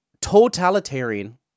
totalitarian